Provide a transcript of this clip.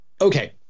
Okay